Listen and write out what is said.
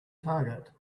target